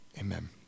Amen